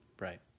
Right